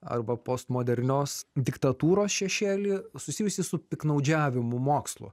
arba postmodernios diktatūros šešėlį susijusį su piktnaudžiavimu mokslu